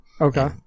Okay